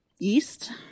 East